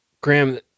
Graham